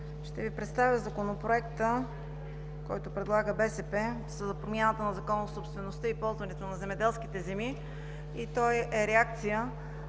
Ще Ви представя Законопроекта, който предлага БСП за промяната на Закона за собствеността и ползването на земеделските земи. Той е реакция